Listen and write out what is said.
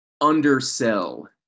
undersell